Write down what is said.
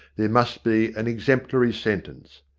there must be an exemplary sentence.